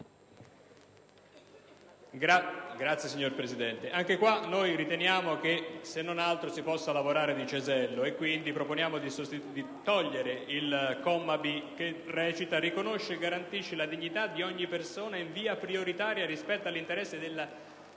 *(PD)*. Signor Presidente, anche qua, riteniamo che, se non altro, si possa lavorare di cesello; quindi, proponiamo di togliere la lettera *b)*, che recita: «riconosce e garantisce la dignità di ogni persona in via prioritaria rispetto all'interesse della